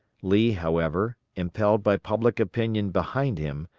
lee, however, impelled by public opinion behind him,